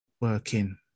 working